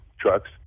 trucks